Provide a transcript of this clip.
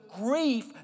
grief